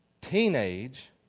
teenage